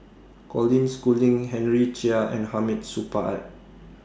Colin Schooling Henry Chia and Hamid Supaat